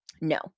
No